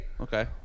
okay